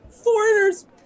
foreigners